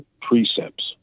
precepts